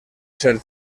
cert